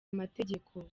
amategeko